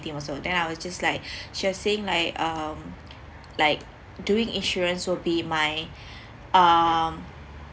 team also then I was just like she was saying like um like doing insurance will be my uh